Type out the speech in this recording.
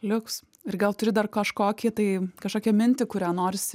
liuks ir gal turi dar kažkokią tai kažkokią mintį kurią norisi